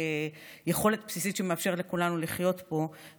כיכולת בסיסית שמאפשרת לכולנו לחיות פה,